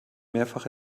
mehrfach